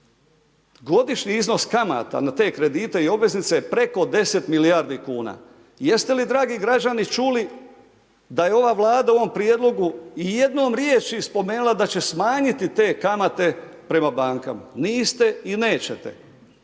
Godišnji iznos kamata na te kredite i obveznice je preko 10 milijardi kuna. Jeste li, dragi građani, čuli da je ova Vlada u ovom Prijedlogu ijednom riječji spomenula da će smanjiti te kamate prema bankama. Niste i nećete.